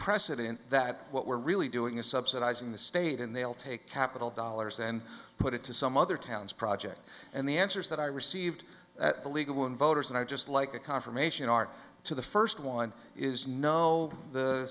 precedent that what we're really doing is subsidizing the state and they'll take capital dollars and put it to some other towns project and the answers that i received illegal in voters and i just like a confirmation our to the first one is no the